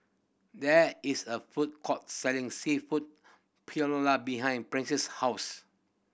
there is a food court selling Seafood Paella behind Princess' house